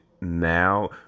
now